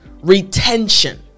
retention